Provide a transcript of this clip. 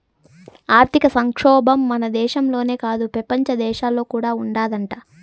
ఆర్థిక సంక్షోబం మన దేశంలోనే కాదు, పెపంచ దేశాల్లో కూడా ఉండాదట